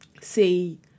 see